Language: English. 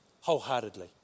wholeheartedly